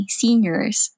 seniors